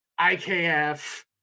IKF